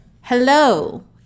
Hello